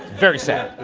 very sad.